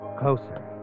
Closer